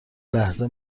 لحظه